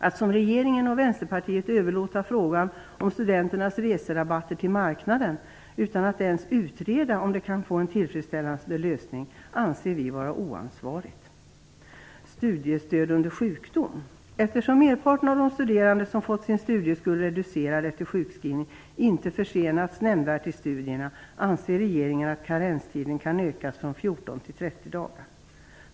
Att som regeringen och Vänsterpartiet överlåta frågan om studenternas reserabatter till marknaden, utan att ens utreda om det kan ge en tillfredsställande lösning, anser vi vara oansvarigt. Så till frågan om studiestöd under sjukdom. Eftersom merparten av de studerande som fått sin studieskuld reducerad efter sjukskrivning inte försenats nämnvärt i studierna anser regeringen att karenstiden kan ökas från 14 till 30 dagar.